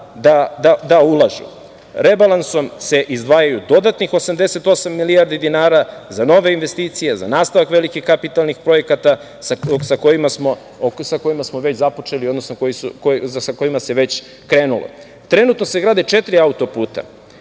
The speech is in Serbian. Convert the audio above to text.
da ulažu. Rebalansom se izdvajaju dodatnih 88 milijardi dinara za nove investicije, za nastavak velikih kapitalnih projekta sa kojima smo već započeli, odnosno sa kojima se već krenulo. Trenutno se grade četiri auto-puta.